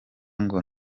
ngo